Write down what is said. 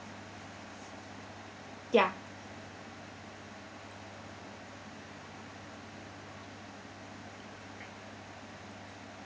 ya